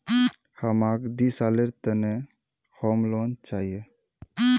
हमाक दी सालेर त न होम लोन चाहिए